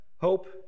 Hope